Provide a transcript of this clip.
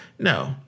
No